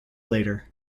later